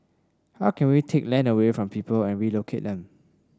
how can we take land away from people and relocate them